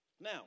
Now